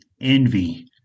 envy